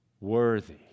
Worthy